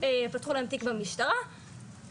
פתחו להם תיק במשטרה,